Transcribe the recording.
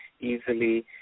easily